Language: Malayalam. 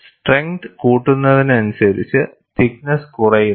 സ്ട്രെങ്ത് കൂടുന്നതിനനുസരിച്ച് തിക്നെസ്സ് കുറയുന്നു